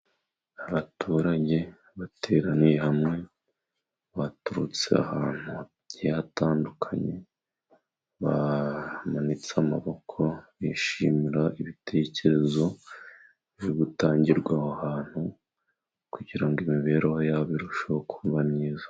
Abaturage bateraniye hamwe baturutse ahantu hagiye hatandukanye, bamanitse amaboko bishimira ibitekerezo biri gutangirwa aho hantu kugira imibereho yabo irusheho kuba myiza.